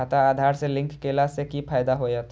खाता आधार से लिंक केला से कि फायदा होयत?